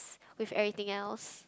with everything else